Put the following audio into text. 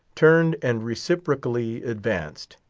turned and reciprocally advanced.